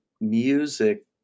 music